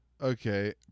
Okay